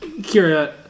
Kira